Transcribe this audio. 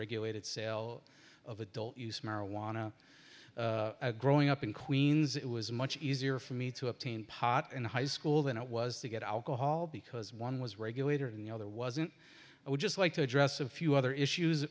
regulated sale of adult use marijuana growing up in queens it was much easier for me to obtain pot in high school than it was to get alcohol because one was regulator and the other wasn't i would just like to address a few other issues